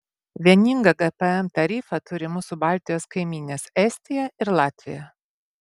vieningą gpm tarifą turi mūsų baltijos kaimynės estija ir latvija